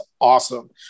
awesome